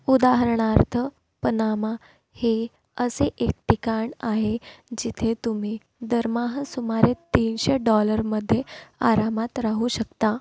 उदाहरणार्थ पनामा हे असे एक ठिकाण आहे जिथे तुम्ही दरमहा सुमारे तीनशे डॉलरमध्ये आरामात राहू शकता